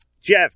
Jeff